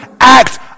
act